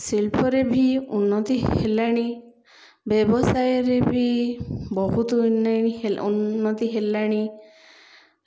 ଶିଳ୍ପରେ ବି ଉନ୍ନତି ହେଲାଣି ବ୍ୟବସାୟରେ ବି ବହୁତ ଉନ୍ନତି ହେଲାଣି